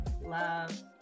love